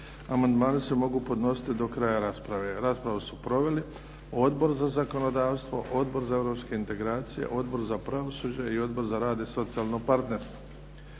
Amandmani se mogu podnositi do kraja rasprave. Raspravu su proveli Odbor za zakonodavstvo, Odbor za europske integracije, Odbor za pravosuđe i Odbor za rad i socijalno partnerstvo.